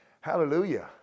Hallelujah